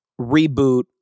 reboot